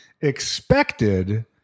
expected